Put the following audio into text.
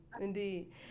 indeed